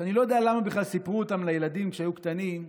שאני לא יודע למה בכלל סיפרו אותן לילדים כשהיו קטנים,